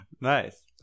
Nice